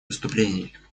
выступлений